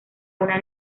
una